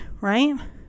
right